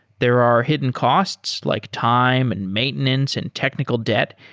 there are hidden costs like time, and maintenance, and technical debt,